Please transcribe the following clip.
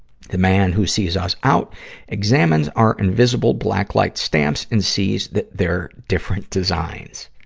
the man who sees us out examines our invisible black-light stamps and sees that they're different designs.